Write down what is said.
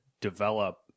develop